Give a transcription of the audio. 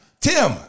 Tim